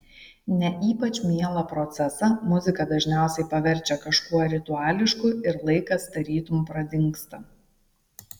ne ypač mielą procesą muzika dažniausiai paverčia kažkuo rituališku ir laikas tarytum pradingsta